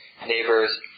neighbors